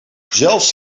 zelfs